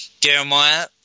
Jeremiah